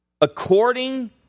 according